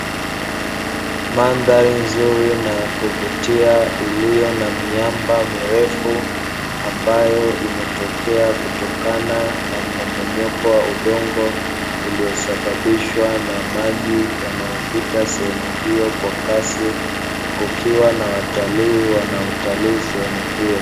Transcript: Mandhari nzuri na yakuvutia iliyo na miamba mirefu ambayo imetokea kutokana na mmomonyoko wa udongo ulosababishwa na maji yanayopita sehemu hiyo kwa kasi, kukiwa na watalii wanaotali sehemu hiyo.